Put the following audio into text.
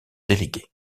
délégué